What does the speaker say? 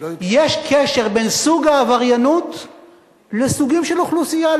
יש קשר בין סוג העבריינות לסוגים של אוכלוסייה.